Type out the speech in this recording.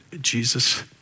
jesus